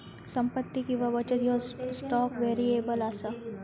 संपत्ती किंवा बचत ह्यो स्टॉक व्हेरिएबल असा